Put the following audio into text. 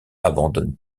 abandonne